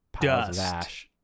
dust